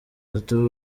tatu